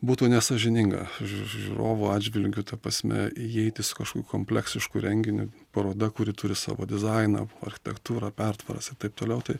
būtų nesąžininga žiūrovų atžvilgiu ta prasme įeiti su kažkokiu kompleksišku renginiu paroda kuri turi savo dizainą architektūrą pertvaras ir taip toliau tai